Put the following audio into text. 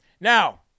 Now